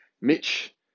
Mitch